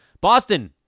Boston